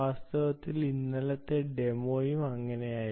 വാസ്തവത്തിൽ ഇന്നലത്തെ ഡെമോയും അങ്ങനെയായിരുന്നു